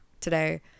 today